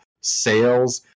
sales